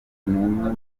umwe